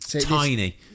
tiny